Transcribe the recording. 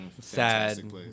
Sad